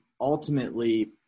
ultimately